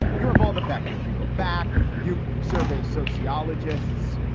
but you have all the vectors. you go back. you surveyed sociologists.